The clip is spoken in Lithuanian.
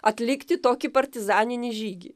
atlikti tokį partizaninį žygį